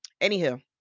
Anywho